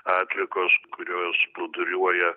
atliekos kurios plūduriuoja